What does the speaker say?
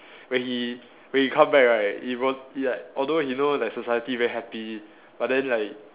when he when he come back right he he like although he know like society very happy but then like